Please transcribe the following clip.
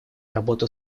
работу